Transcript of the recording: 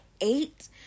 eight